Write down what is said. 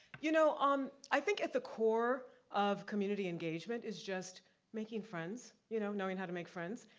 you know um i think at the core of community engagement, is just making friends, you know knowing how to make friends.